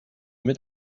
mit